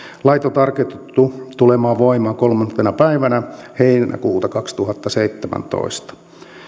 lait on tarkoitettu tulemaan voimaan kolmantena päivänä heinäkuuta kaksituhattaseitsemäntoista